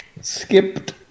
Skipped